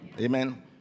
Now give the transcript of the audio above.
amen